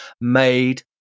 made